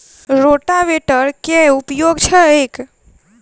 रोटावेटरक केँ उपयोग छैक?